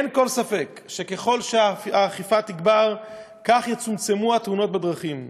אין כל ספק שככל שהאכיפה תגבר כך יצומצמו התאונות בדרכים.